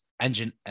engine